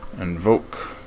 invoke